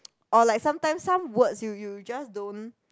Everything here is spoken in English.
or like sometimes some words you you just don't